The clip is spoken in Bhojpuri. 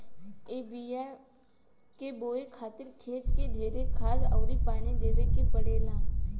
ए बिया के बोए खातिर खेत मे ढेरे खाद अउर पानी देवे के पड़ेला